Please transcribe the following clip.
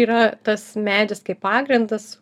yra tas medis kaip pagrindas